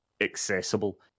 accessible